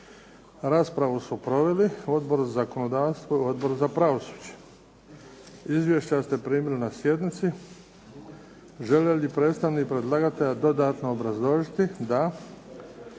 Raspravu su proveli Odbor za zakonodavstvo i Odbor za pravosuđe. Izvješća ste primili na sjednici. Želi li predstavnik predlagatelja dodatno obrazložiti? Da.